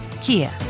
Kia